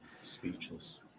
speechless